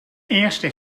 eerste